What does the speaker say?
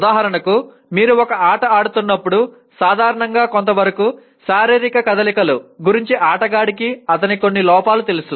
ఉదాహరణకు మీరు ఒక ఆట ఆడుతున్నప్పుడు సాధారణంగా కొంతవరకు శారీరక కదలికలు గురించి ఆటగాడికి అతని కొన్ని లోపాలు తెలుసు